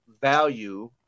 value